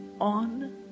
on